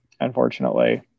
unfortunately